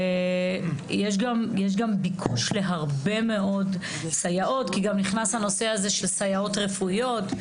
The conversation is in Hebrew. יש ביקוש גבוה לסייעות כי נכנס הנושא הזה של סייעות רפואיות,